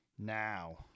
now